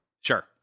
Sure